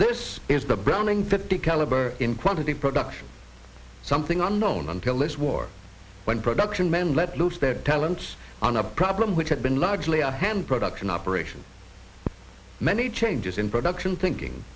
this is the browning fifty caliber in quantity production something unknown until this war when production men let loose their talents on a problem which had been largely a ham production operation many changes in production thinking